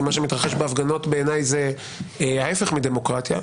כי מה שמתרחש בהפגנות בעיניי זה ההפך מדמוקרטיה.